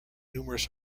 numerous